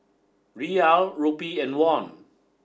Riyal Rupee and Won